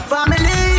Family